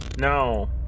No